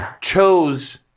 chose